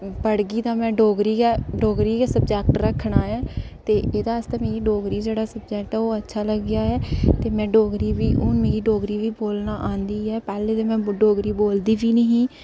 में पढ़गी ते डोगरी गै डोगरी गै सब्जैक्ट रक्खना ऐ ते एह्दे आस्तै मिगी डोगरी जेह्ड़ा सब्जैक्ट ऐ ते ओह् अच्छा लग्गेआ ऐ में डोगरी बी हू'न मिगी डोगरी बी बोलना आंदी ऐ पैह्लें ते में डोगरी बोलदी बी निं ही